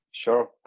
Sure